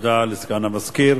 תודה לסגן המזכיר.